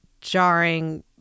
jarring